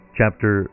chapter